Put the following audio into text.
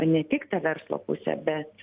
ne tik tą verslo pusę bet